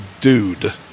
dude